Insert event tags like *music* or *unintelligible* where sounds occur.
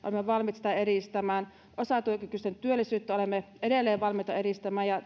sitä edistämään osatyökykyisten työllisyyttä olemme edelleen valmiita edistämään ja *unintelligible*